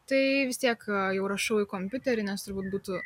tai vis tiek jau rašau į kompiuterį nes turbūt būtų